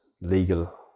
legal